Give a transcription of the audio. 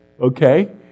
Okay